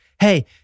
Hey